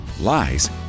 Lies